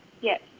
Yes